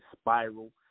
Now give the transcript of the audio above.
spiral